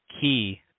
key